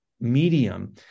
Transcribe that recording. medium